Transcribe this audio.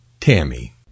Tammy